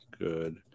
Good